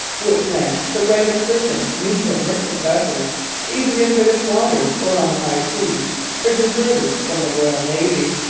which meant the right of searching neutral merchant vessels either in british waters or on the high seas for deserters from the royal navy.